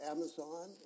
Amazon